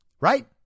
right